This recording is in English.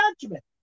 judgment